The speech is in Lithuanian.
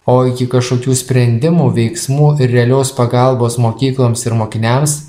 o kažkokių sprendimų veiksmų ir realios pagalbos mokykloms ir mokiniams